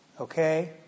okay